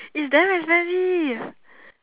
is damn expensive